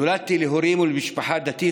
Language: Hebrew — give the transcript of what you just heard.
נולדתי להורים ולמשפחה דתית,